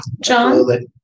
John